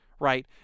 Right